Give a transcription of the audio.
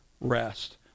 rest